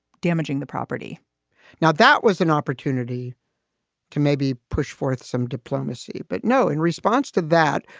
damaging the property now, that was an opportunity to maybe push forth some diplomacy. but no, in response to that,